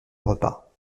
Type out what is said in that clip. repas